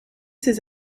ses